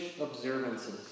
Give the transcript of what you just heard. observances